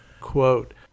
Quote